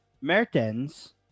Mertens